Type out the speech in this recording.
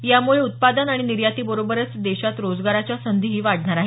यामुळे उत्पादन आणि निर्यातीबरोबरच देशात रोजगाराच्या संधीही वाढणार आहेत